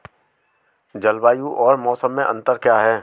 जलवायु और मौसम में अंतर क्या है?